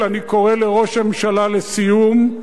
אני קורא לראש הממשלה לסיום,